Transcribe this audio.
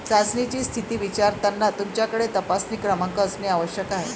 चाचणीची स्थिती विचारताना तुमच्याकडे तपासणी क्रमांक असणे आवश्यक आहे